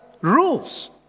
rules